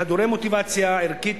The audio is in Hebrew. חדורי מוטיבציה ערכית,